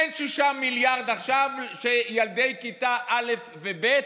אין עכשיו 6 מיליארד כדי שילדי כיתה א' וב'